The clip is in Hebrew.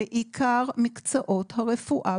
בעיקר מקצועות הרפואה,